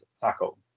tackle